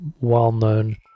well-known